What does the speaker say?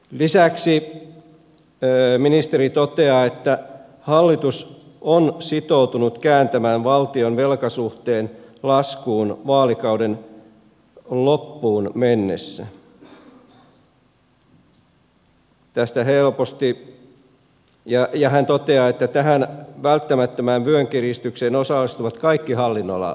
lisäksi ministeri toteaa että hallitus on sitoutunut kääntämään valtion velkasuhteen laskuun vaalikauden loppuun mennessä ja hän toteaa että tähän välttämättömään vyön kiristykseen osallistuvat kaikki hallinnonalat